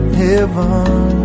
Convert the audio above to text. heaven